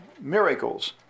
miracles